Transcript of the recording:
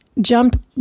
jump